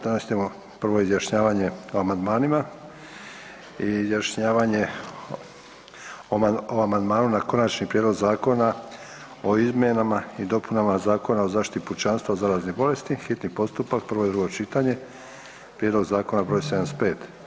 Danas ćemo prvo izjašnjavanje o amandmanima i izjašnjavanje o amandmanu na Konačni prijedlog zakona o izmjenama i dopunama Zakona o zaštiti pučanstva od zaraznih bolesti, hitni postupak, prvo i drugo čitanje, P.Z. br. 75.